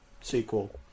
sequel